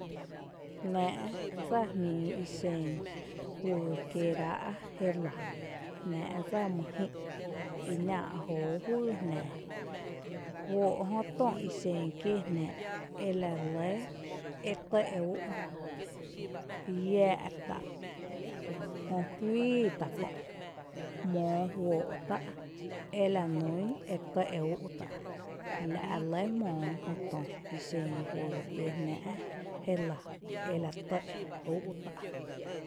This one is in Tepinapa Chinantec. Jnⱥⱥ' dsa jmíií i xen juyy kiéerá' jelⱥ, Jnⱥⱥ' dsaɇ mýjï' i nⱥⱥⱥ' jóoó juýy jnⱥⱥ, juó' jötö ixen kiéjnáa' ela lɇ e tɇ' k'ün', iⱥⱥ' tá', jö juíi tá' kö', jmóo juóoó' tá' ela núún e tɇ' ú' tá', la' re lɇ jmóo jö tö i xen juyy jé lⱥ ela tɇ' ú'.